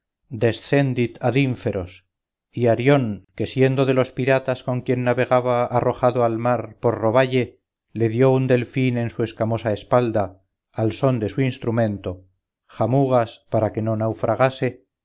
descendit ad inferos y arión que siendo de los piratas con quien navegaba arrojado al mar por roballe le dió un delfín en su escamosa espalda al son de su instrumento jamugas para que no naufragase